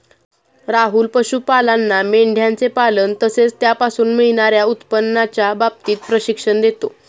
राहुल पशुपालांना मेंढयांचे पालन तसेच त्यापासून मिळणार्या उत्पन्नाच्या बाबतीत प्रशिक्षण देतो